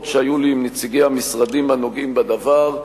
שהיו לי עם נציגי המשרדים הנוגעים בדבר.